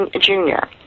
junior